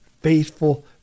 faithful